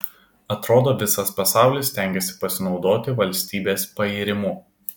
atrodo visas pasaulis stengiasi pasinaudoti valstybės pairimu